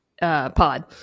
pod